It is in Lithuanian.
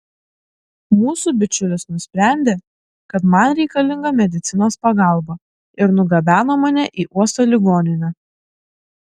mūsų bičiulis nusprendė kad man reikalinga medicinos pagalba ir nugabeno mane į uosto ligoninę